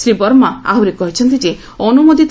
ଶ୍ରୀ ବର୍ମା ଆହୁରି କହିଛନ୍ତି ଯେ ଅନ୍ତମୋଦିତ